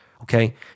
okay